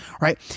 right